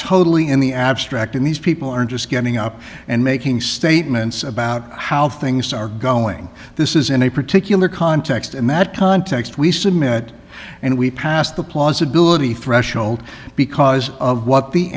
totally in the abstract and these people aren't just getting up and making statements about how things are going this is in a particular context and that context we submit and we pass the plausibility threshold because of what the